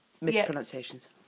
mispronunciations